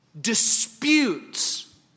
disputes